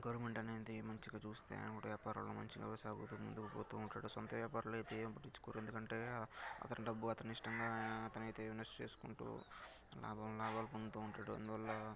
government అనేది మంచిగా చూస్తే ఆయన కూడా వ్యాపారంలో మంచిగా సాగుతూ ముందుకు పోతూ ఉంటాడు సొంత వ్యాపారులు అయితే ఏమి పట్టించుకోరు ఎందుకంటే అతని డబ్బు అతని ఇష్టంగా ఆయన అతను అయితే ఇన్వెస్ట్ చేసుకుంటూ లాభాలు లాభాలు పొందుతూ ఉంటాడు అందువల్ల